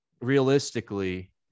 realistically